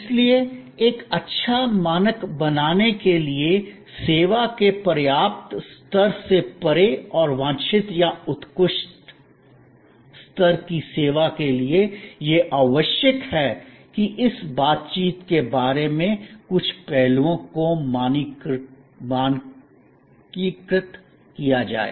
इसलिए एक अच्छा मानक बनाने के लिए सेवा के पर्याप्त स्तर से परे और वांछित या उत्कृष्ट स्तर की सेवा के लिए यह आवश्यक है कि इस बातचीत के बारे में कुछ पहलुओं को मानकीकृत किया जाए